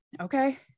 Okay